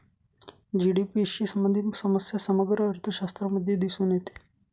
GDP शी संबंधित समस्या समग्र अर्थशास्त्रामध्येही दिसून येते